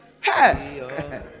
Hey